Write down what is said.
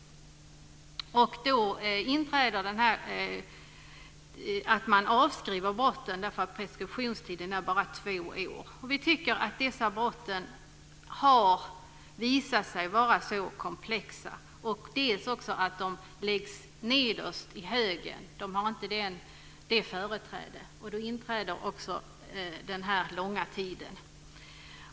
Man avskriver brotten därför att preskriptionstiden bara är två år. Vi tycker att dessa brott har visat sig vara komplexa, och de läggs också nederst i högen. De har inte företräde, och då inträder också denna långa tid.